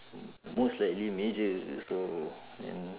most likely major so then